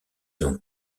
ont